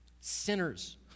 Sinners